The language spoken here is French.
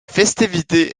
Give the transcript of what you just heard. festivités